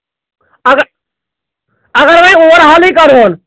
اَگر اَگر وونۍ اوٚوَر ہالٕے کَڑہون